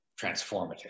transformative